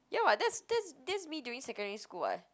ya what that's that's that's me during secondary school [what]